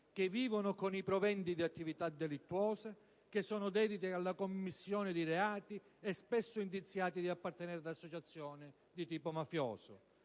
che vivono con i proventi di attività delittuose, che sono dediti alla commissione di reati e spesso indiziati di appartenere ad associazioni di tipo mafioso.